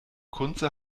kunze